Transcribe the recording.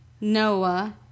Noah